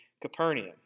Capernaum